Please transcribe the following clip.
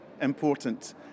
important